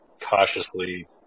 cautiously